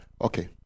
Okay